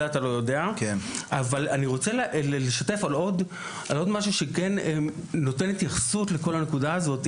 אבל אני רוצה לשתף על עוד משהו שכן נותן התייחסות נוספת לנקודה הזאת.